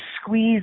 squeeze